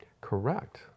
Correct